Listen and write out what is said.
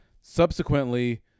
subsequently